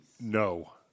No